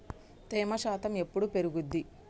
తేమ శాతం ఎప్పుడు పెరుగుద్ది?